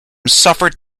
suffered